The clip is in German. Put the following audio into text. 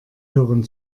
hören